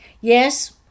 Yes